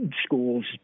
schools